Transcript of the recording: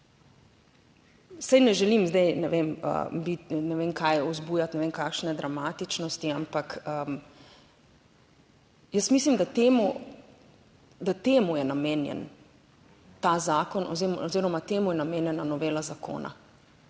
zdaj ne vem biti ne vem kaj vzbujati ne vem kakšne dramatičnosti, ampak jaz mislim, da temu, da temu je namenjen ta zakon oziroma temu je namenjena novela zakona: